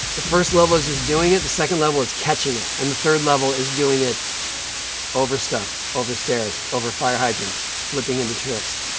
the first level is just doing it, the second level is catching it, and the third level is doing it over stuff, over stairs, over fire hydrants, flipping into tricks.